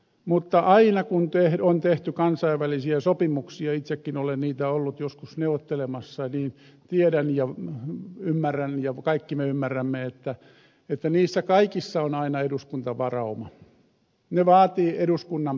mutta aina kun on tehty kansainvälisiä sopimuksia itsekin olen niitä ollut joskus neuvottelemassa niin tiedän ja ymmärrän ja kaikki me ymmärrämme että niissä kaikissa on aina eduskuntavarauma ne vaativat eduskunnan päätöksen